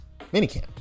Minicamp